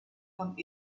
von